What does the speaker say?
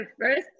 first